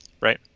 Right